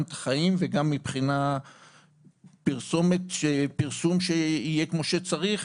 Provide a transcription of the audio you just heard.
גם את החיים וגם מבחינת פרסום שיהיה כמו שצריך,